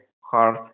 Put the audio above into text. hard